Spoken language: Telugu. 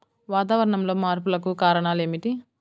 వాతావరణంలో మార్పులకు కారణాలు ఏమిటి?